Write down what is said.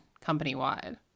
company-wide